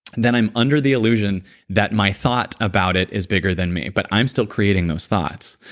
then i'm under the illusion that my thought about it is bigger than me, but i'm still creating those thoughts.